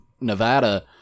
Nevada